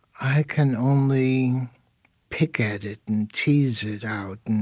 i can only pick at it and tease it out and